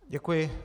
Děkuji.